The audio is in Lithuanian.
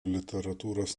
literatūros